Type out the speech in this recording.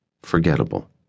forgettable